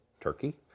turkey